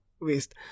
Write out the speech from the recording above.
waste